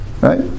right